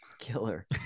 Killer